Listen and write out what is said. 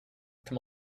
come